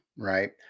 Right